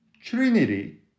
Trinity